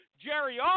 Jerry